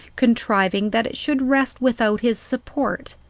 con triving that it should rest without his support,